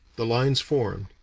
the lines formed,